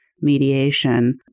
mediation